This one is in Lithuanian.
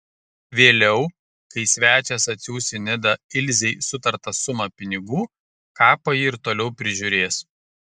vėliau kai svečias atsiųs į nidą ilzei sutartą sumą pinigų kapą ji ir toliau prižiūrės